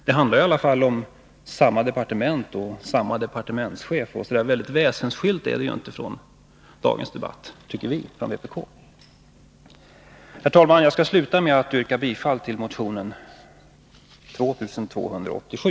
Det handlar i alla fall om samma departement och samma departementschef, så särdeles väsensskilt från dagens debatt är det ju inte. Herr talman! Jag skall sluta med att yrka bifall till motionen 2287.